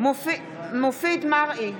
מופיד מרעי,